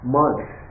months